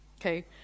okay